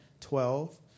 twelve